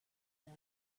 them